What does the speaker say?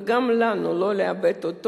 וגם לנו לא לאבד אותו.